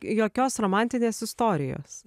jokios romantinės istorijos